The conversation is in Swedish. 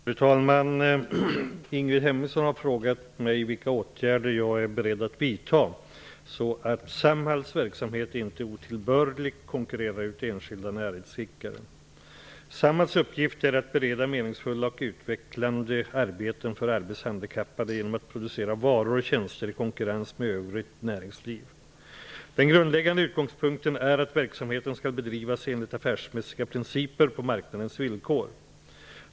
Fru talman! Ingrid Hemmingsson har frågat mig vilka åtgärder jag är beredd att vidta så att Samhalls verksamhet inte otillbörligt konkurrerar ut enskilda näringsidkare. Samhalls uppgift är att bereda meningsfulla och utvecklande arbeten för arbetshandikappade genom att producera varor och tjänster i konkurrens med övrigt näringsliv. Den grundläggande utgångspunkten är att verksamheten skall bedrivas enligt affärsmässiga principer på marknadens villkor.